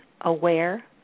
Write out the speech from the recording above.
aware